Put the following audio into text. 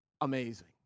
amazing